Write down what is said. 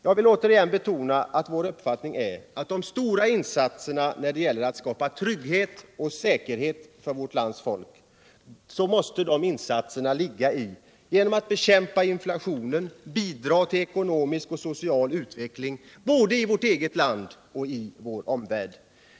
Jag vill åter betona att vår uppfattning är att de stora insatserna när det gäller att skapa trygghet och säkerhet för vårt lands folk måste ligga i att bekämpa inflationen och bidra till ekonomisk och social utveckling både här hemma och i vår omvärld.